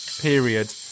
period